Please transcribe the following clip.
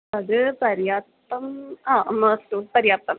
तद् पर्याप्तम् आम् अस्तु पर्याप्तम्